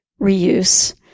reuse